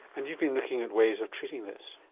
and you've been looking at ways of treating this.